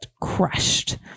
crushed